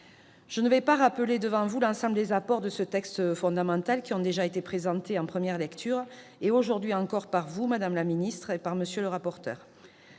Je ne vais pas rappeler devant vous l'ensemble des apports de ce texte fondamental, qui ont déjà été présentés en première lecture et aujourd'hui encore par vous, madame la garde des sceaux, monsieur le rapporteur.